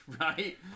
right